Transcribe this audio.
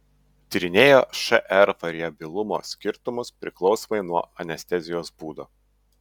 tyrinėjo šr variabilumo skirtumus priklausomai nuo anestezijos būdo